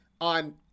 on